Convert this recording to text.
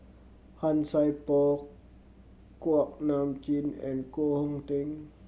Han Sai Por Kuak Nam Jin and Koh Hong Teng